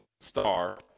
star